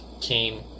came